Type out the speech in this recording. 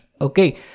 Okay